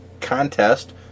contest